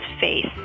face